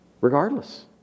regardless